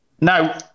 Now